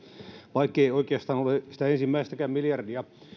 vaikkei oikeastaan ole sitä ensimmäistäkään miljardia